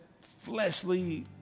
fleshly